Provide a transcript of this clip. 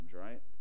right